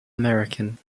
american